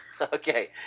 Okay